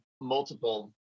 multiple